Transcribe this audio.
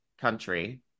country